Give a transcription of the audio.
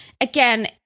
Again